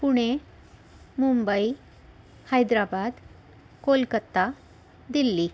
Pune Mumbai Hyderabad Kolkata Delhi